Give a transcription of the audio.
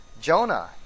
Jonah